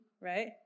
right